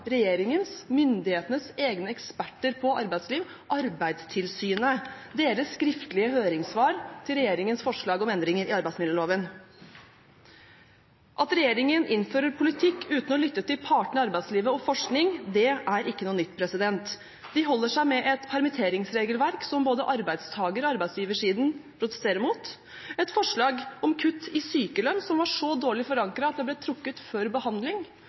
regjeringens – myndighetenes – egne eksperter på arbeidsliv, Arbeidstilsynet, og kommer fram i deres skriftlige høringssvar til regjeringens forslag om endringer i arbeidsmiljøloven. At regjeringen innfører politikk uten å lytte til partene i arbeidslivet og forskning er ikke noe nytt. De holder seg med et permitteringsregelverk som både arbeidstaker- og arbeidsgiversiden protesterer mot, et forslag om kutt i sykelønn som var så dårlig forankret at det ble trukket før behandling,